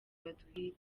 batwite